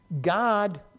God